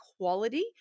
quality